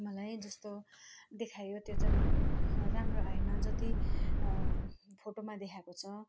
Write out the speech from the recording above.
मलाई जस्तो देखायो त्यो चाहिँ राम्रो आएन जति फोटोमा देखाएको छ